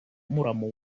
muramu